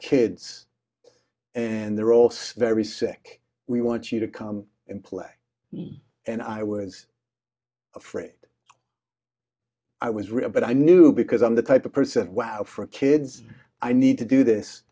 kids and they're also very sick we want you to come and play and i was afraid i was real but i knew because i'm the type of person wow for kids i need to do this